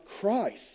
Christ